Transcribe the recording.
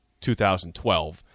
2012